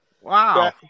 wow